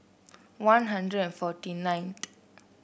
One Hundred and forty nine